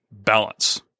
balance